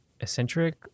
eccentric